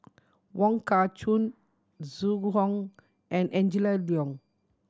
Wong Kah Chun Zhu Hong and Angela Liong